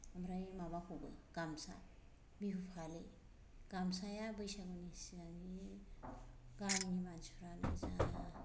ओमफ्राय माबाखौबो गामसा बिहु फालि गामसाया बैसागुनि सिगांनि गामिनि मानसिफ्रानो जा